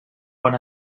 bon